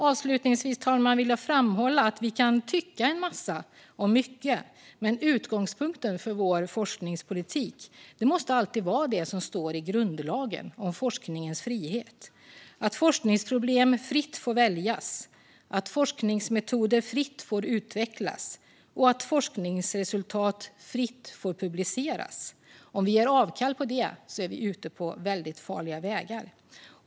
Avslutningsvis, fru talman, vill jag framhålla att vi kan tycka en massa om mycket, men utgångspunkten för vår forskningspolitik måste alltid vara det som står i grundlagen om forskningens frihet: att forskningsproblem fritt får väljas, att forskningsmetoder fritt får utvecklas och att forskningsresultat fritt får publiceras. Om vi gör avkall på det är vi ute på farliga vägar.